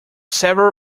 several